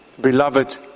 beloved